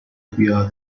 via